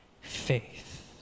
faith